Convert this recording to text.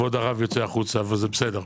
כבוד הרב יוצא החוצה וזה בסדר.